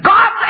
God